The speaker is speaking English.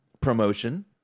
promotion